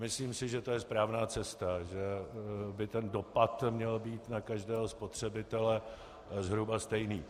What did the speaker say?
Myslím si, že to je správná cesta, že ten dopad by měl být na každého spotřebitele zhruba stejný.